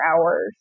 hours